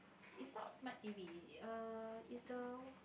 is not smart T_V err is the